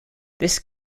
this